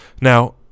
Now